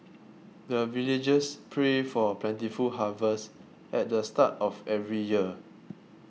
the villagers pray for plentiful harvest at the start of every year